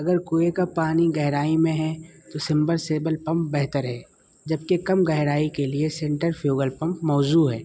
اگر کنویں کا پانی گہرائی میں ہے تو سمبرسیبل پمپ بہتر ہے جبکہ کم گہرائی کے لیے سنٹرفیوبل پمپ موزوں ہے